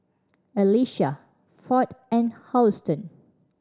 Elisha Ford and Houston